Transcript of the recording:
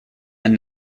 and